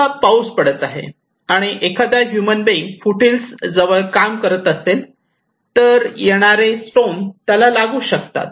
समजा पाऊस पडत आहे आणि एखादा ह्युमन बीइंग फुट हिल्स जवळ काम करत असेल तर येणारे वरून स्टोन त्याला लागू शकतात